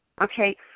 Okay